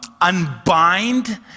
unbind